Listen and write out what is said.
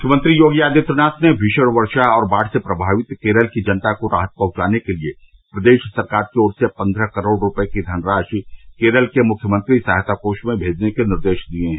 मुख्यमंत्री योगी आदित्यनाथ ने भीषण वर्षा और बाढ़ से प्रमावित केरल की जनता को राहत पहुंचाने के लिए प्रदेश सरकार की ओर से पन्द्रह करोड़ रूपये की धनराशि केरल के मुख्यमंत्री सहायता कोष में भेजने के निर्देश दिये हैं